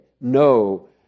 no